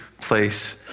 place